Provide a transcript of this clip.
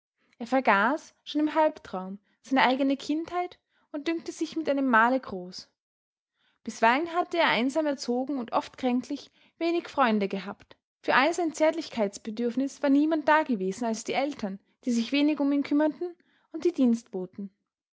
er vergaß schon im halbtraum seine eigene kindheit und dünkte sich mit einem male groß bisweilen hatte er einsam erzogen und oft kränklich wenig freunde gehabt für all sein zärtlichkeitsbedürfnis war niemand dagewesen als die eltern die sich wenig um ihn kümmerten und die dienstboten